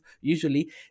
usually